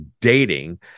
dating